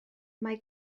mae